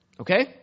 Okay